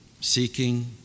seeking